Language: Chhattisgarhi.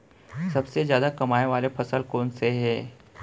सबसे जादा कमाए वाले फसल कोन से हे?